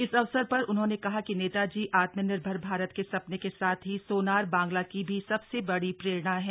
इस अवसर र उन्होंने कहा कि नेताजी आत्मनिर्भर भारत के सा ने के साथ ही सोनार बांग्ला की भी सबसे बड़ी प्रेरणा हैं